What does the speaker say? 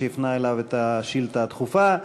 שהפנה אליו את השאילתה הדחופה.